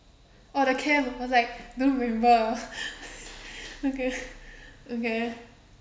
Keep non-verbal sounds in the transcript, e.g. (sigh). oh the camp I was like don't remember (laughs) okay okay`